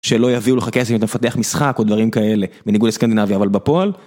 שלא יביאו לך כסף אם אתה מפתח משחק או דברים כאלה בניגוד לסקנדינביה אבל בפועל.